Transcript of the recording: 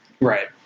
Right